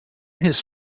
his